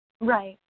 Right